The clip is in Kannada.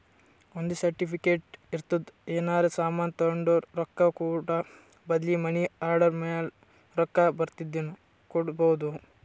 ಒಂದ್ ಸರ್ಟಿಫಿಕೇಟ್ ಇರ್ತುದ್ ಏನರೇ ಸಾಮಾನ್ ತೊಂಡುರ ರೊಕ್ಕಾ ಕೂಡ ಬದ್ಲಿ ಮನಿ ಆರ್ಡರ್ ಮ್ಯಾಲ ರೊಕ್ಕಾ ಬರ್ದಿನು ಕೊಡ್ಬೋದು